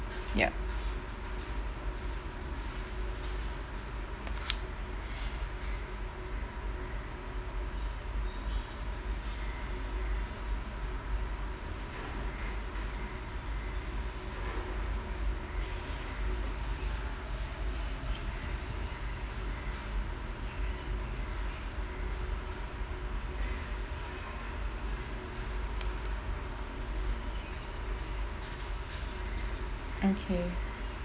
ya okay